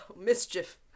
Mischief